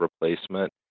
replacement